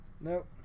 Nope